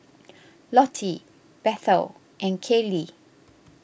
Lottie Bethel and Kallie